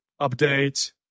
update